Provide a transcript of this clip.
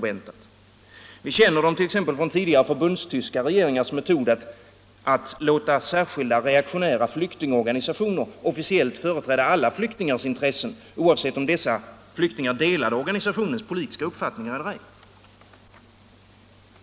Vi känner den t.ex. från tidigare förbundstyska regeringars metod att låta särskilda reaktionära flyktingorganisationer officiellt företräda alla flyktingars intressen, oavsett om dessa flyktingar delade organisationens politiska uppfattningar eller ej.